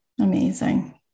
Amazing